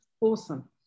awesome